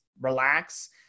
relax